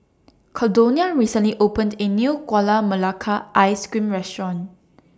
Caldonia recently opened A New Gula Melaka Ice Cream Restaurant